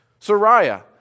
Sariah